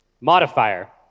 Modifier